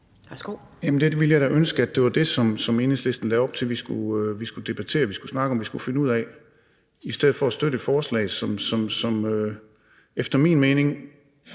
jeg ville da ønske, at det var det, som Enhedslisten lagde op til vi skulle debattere, snakke om og finde ud af, i stedet for at støtte et forslag, som efter min mening,